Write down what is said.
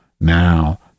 now